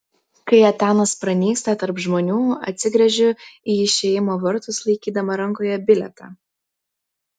kai etanas pranyksta tarp žmonių atsigręžiu į išėjimo vartus laikydama rankoje bilietą